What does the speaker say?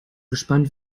gespannt